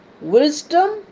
wisdom